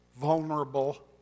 vulnerable